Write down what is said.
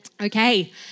Okay